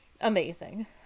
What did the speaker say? amazing